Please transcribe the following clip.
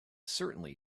certainly